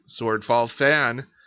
SwordfallFan